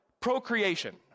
procreation